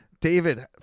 David